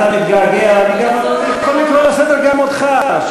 אתה מתגעגע, נקרא לסדר גם אותך.